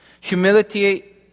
Humility